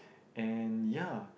and ya